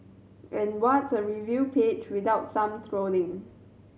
and what's a review page without some trolling